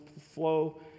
flow